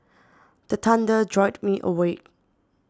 the thunder jolt me awake